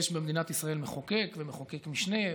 ויש במדינת ישראל מחוקק ומחוקק משנה,